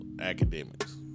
Academics